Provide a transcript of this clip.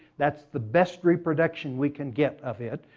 that's the best reproduction we can get of it.